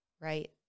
right